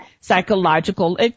psychological